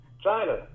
China